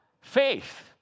Faith